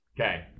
Okay